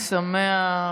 חג שמח.